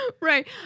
right